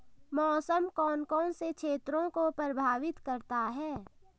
मौसम कौन कौन से क्षेत्रों को प्रभावित करता है?